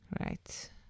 Right